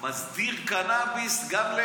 שמסדיר קנביס גם,